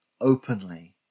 openly